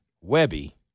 Webby